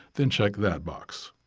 then check that box.